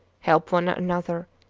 help one another,